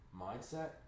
mindset